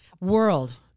World